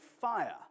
fire